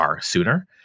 sooner